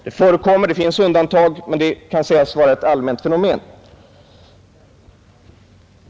Det förekommer — det finns alltså undantag — men motsatsen kan sägas vara ett allmänt fenomen.